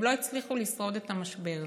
הם לא הצליחו לשרוד את המשבר.